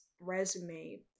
resume